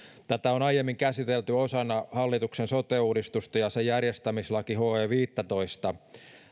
tätä on aiemmin käsitelty osana hallituksen sote uudistusta ja sen järjestämislakia he viisitoista